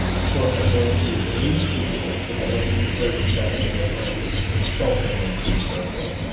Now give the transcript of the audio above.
of course, i'm going to remove the duplicates cause i don't need thirty seven different consulting entries right there.